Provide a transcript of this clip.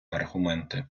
аргументи